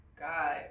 God